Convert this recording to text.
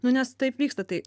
nu nes taip vyksta tai